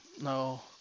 No